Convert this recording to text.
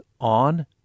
on